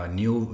new